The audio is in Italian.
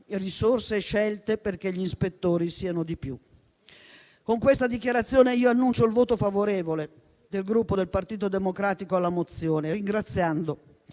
risorse e scelte perché gli ispettori siano di più. Con questa dichiarazione, annuncio il voto favorevole del Gruppo Partito Democratico alla mozione, ringraziando